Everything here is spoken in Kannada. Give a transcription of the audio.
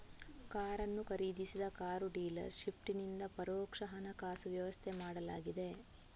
ಕಾರನ್ನು ಖರೀದಿಸಿದ ಕಾರ್ ಡೀಲರ್ ಶಿಪ್ಪಿನಿಂದ ಪರೋಕ್ಷ ಹಣಕಾಸು ವ್ಯವಸ್ಥೆ ಮಾಡಲಾಗಿದೆ